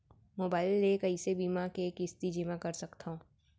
Mobile ले कइसे बीमा के किस्ती जेमा कर सकथव?